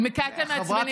כי אתם מעצבנים אותי.